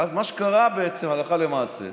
ואז, מה שקרה הלכה למעשה,